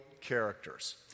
characters